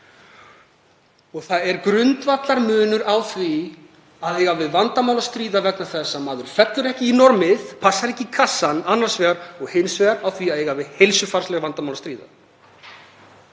Það er grundvallarmunur á því að eiga við vandamál að stríða vegna þess að maður fellur ekki í normið, passar ekki í kassann annars vegar og hins vegar því að eiga við heilsufarsleg vandamál að stríða.